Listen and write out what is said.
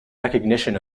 recognition